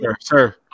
sir